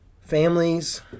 families